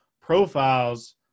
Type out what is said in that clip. profiles